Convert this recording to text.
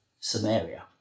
Samaria